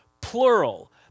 plural